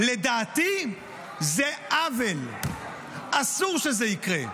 לדעתי זה עוול, אסור שזה יקרה.